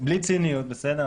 בלי ציניות, בסדר?